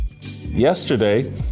Yesterday